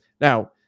Now